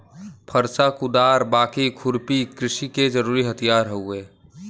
फरसा, कुदार, बाकी, खुरपी कृषि के जरुरी हथियार हउवे